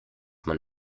man